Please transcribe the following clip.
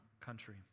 country